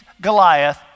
Goliath